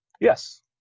Yes